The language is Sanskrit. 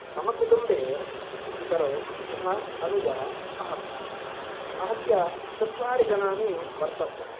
मम कुटुम्बे पितरौ तथा अनुजा अहम् आहत्य चत्वारि जनानि वर्तन्ते